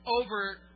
Over